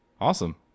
awesome